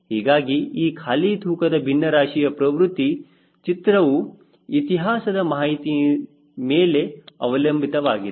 ಹೀಗಾಗಿ ಈ ಖಾಲಿ ತೂಕದ ಬಿನ್ನರಾಶಿಯ ಪ್ರವೃತ್ತಿ ಚಿತ್ರವು ಇತಿಹಾಸದ ಮಾಹಿತಿಯ ಮೇಲೆ ಅವಲಂಬಿತವಾಗಿದೆ